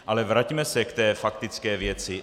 Ale vraťme se k té faktické věci.